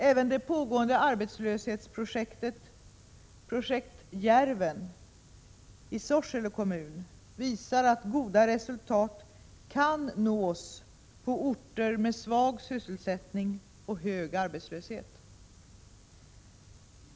Även det pågående arbetslöshetsprojektet, projekt Djärven, i Sorsele kommun visar att goda resultat kan nås på orter med svag sysselsättning och hög arbetslöshet.